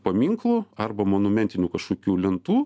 paminklų arba monumentinių kažkokių lentų